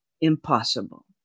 impossible